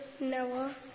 Noah